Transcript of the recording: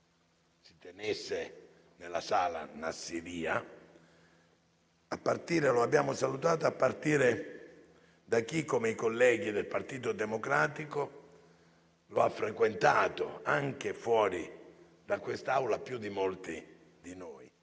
si tenesse nella sala Nassirya, a partire da chi, come i colleghi del Partito Democratico, lo ha frequentato anche fuori da quest'Aula più di molti di noi.